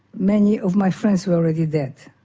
many of my friends were already dead,